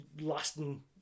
lasting